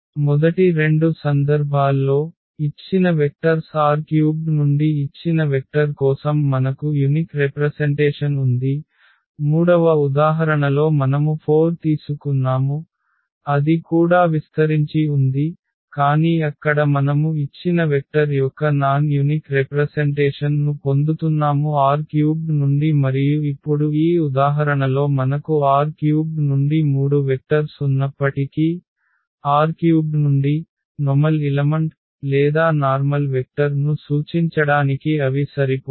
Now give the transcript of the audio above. మొదటి రెండు సందర్భాల్లో ఇచ్చిన వెక్టర్స్ R³ నుండి ఇచ్చిన వెక్టర్ కోసం మనకు యునిక్ రెప్రసెన్టేషన్ ఉంది మూడవ ఉదాహరణలో మనము 4 తీసుకున్నాము అది కూడా విస్తరించి ఉంది కానీ అక్కడ మనము ఇచ్చిన వెక్టర్ యొక్క నాన్ యునిక్ రెప్రసెన్టేషన్ ను పొందుతున్నాము R³ నుండి మరియు ఇప్పుడు ఈ ఉదాహరణలో మనకు R³ నుండి మూడు వెక్టర్స్ ఉన్నప్పటికీ R³ నుండి సాదారణ మూలకం లేదా నార్మల్ వెక్టర్ ను సూచించడానికి అవి సరిపోవు